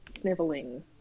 sniveling